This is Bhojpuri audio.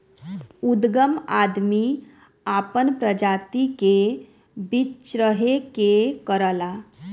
उदगम आदमी आपन प्रजाति के बीच्रहे के करला